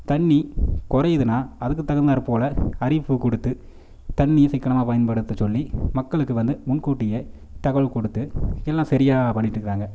தண்ணி குறையுதுன்னா அதுக்கு தகுந்தாற்போல் அறிவிப்பு கொடுத்து தண்ணி சிக்கனமாக பயன்படுத்த சொல்லி மக்களுக்கு வந்து முன்கூட்டியே தகவல் கொடுத்து எல்லாம் சரியாக பண்ணிட்டு இருக்காங்க